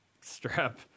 strap